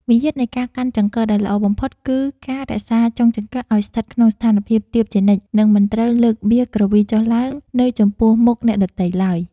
មារយាទនៃការកាន់ចង្កឹះដែលល្អបំផុតគឺការរក្សាចុងចង្កឹះឱ្យស្ថិតក្នុងស្ថានភាពទាបជានិច្ចនិងមិនត្រូវលើកវាក្រវីចុះឡើងនៅចំពោះមុខអ្នកដទៃឡើយ។